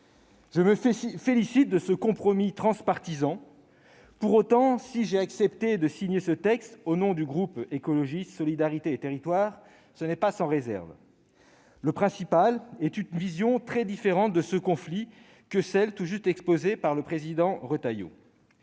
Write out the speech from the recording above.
Je me félicite de ce compromis transpartisan. Pour autant, si j'ai accepté de signer ce texte, au nom du groupe Écologiste - Solidarité et Territoires, ce n'est pas sans réserve. La principale est une vision très différente du conflit de celle que le président Bruno Retailleau